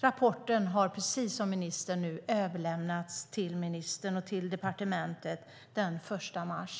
Rapporten överlämnades till ministern och departementet den 1 mars.